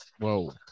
Whoa